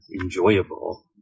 enjoyable